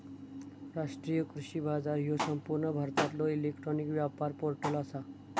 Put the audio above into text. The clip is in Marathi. राष्ट्रीय कृषी बाजार ह्यो संपूर्ण भारतातलो इलेक्ट्रॉनिक व्यापार पोर्टल आसा